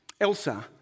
Elsa